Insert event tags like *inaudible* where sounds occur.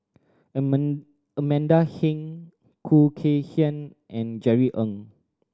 *unintelligible* Amanda Heng Khoo Kay Hian and Jerry Ng